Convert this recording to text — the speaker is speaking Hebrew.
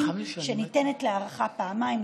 אשר ניתנת להארכה פעמיים,